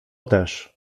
też